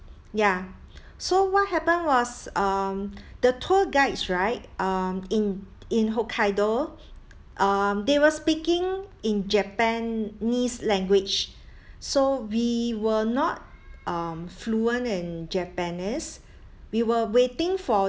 ya so what happened was um the tour guides right um in in hokkaido um they were speaking in japanese language so we were not um fluent in japanese we were waiting for